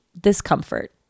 discomfort